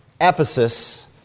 Ephesus